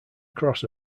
cross